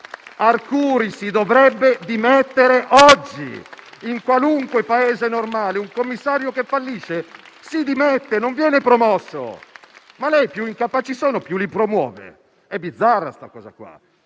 Arcuri si dovrebbe dimettere oggi! In qualunque Paese normale, un commissario che fallisce si dimette, non viene promosso! Ma lei, più incapaci sono e più li promuove? È bizzarra questa cosa qua!